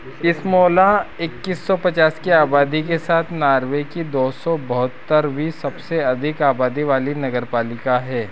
स्मोला एक्कीस सौ पचास की आबादी के साथ नॉर्वे की दो सौ बहत्तरवीं सबसे अधिक आबादी वाली नगरपालिका है